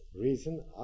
reason